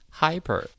hyper